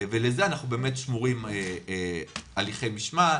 ולזה אנחנו שומרים הליכי משמעת,